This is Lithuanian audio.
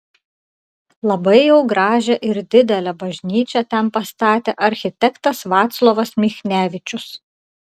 labai jau gražią ir didelę bažnyčią ten pastatė architektas vaclovas michnevičius